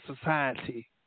society